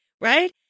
right